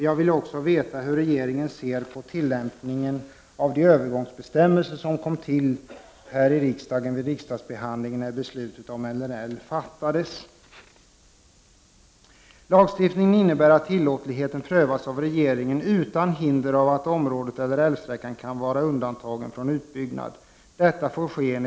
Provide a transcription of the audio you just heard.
Jag vill också veta hur regeringen ser på tillämpningen av de övergångsbestämmelser som kom till vid riksdagsbehandlingen när beslutet om NRL fattades. Lagstiftningen innebär att tillåtligheten prövas av regeringen utan hinder av att området eller älvsträckan kan vara undantagen från utbyggnad.